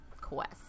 quest